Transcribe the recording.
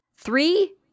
Three